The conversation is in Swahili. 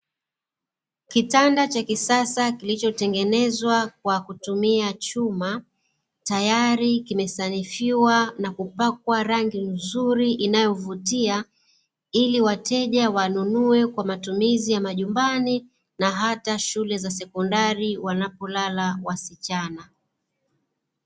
Kitanda cha kisasa kilichotengenezwa kwa kutumia chuma, tayari kimesanifiwa na kupakwa rangi nzuri inayovutia, ili wateja wanunue kwa matumizi ya majumbani, na hata shule za sekondari wanapolala wasichana.